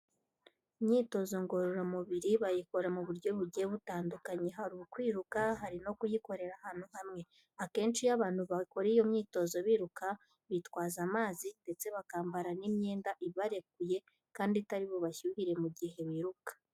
Imyitozo ngororamubiri bayikora mu buryo bugiye butandukanye, hari ukwiruka, hari no kuyikorera ahantu hamwe. Akenshi iyo abantu bakora iyo myitozo biruka, bitwaza amazi ndetse bakambara n'imyenda ibarekuye kandi itari bubashyuhire mu gihe biruka.